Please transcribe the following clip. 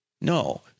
No